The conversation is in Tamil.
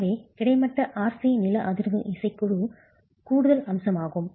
எனவே கிடைமட்ட RC நில அதிர்வு இசைக்குழு கூடுதல் அம்சமாகும்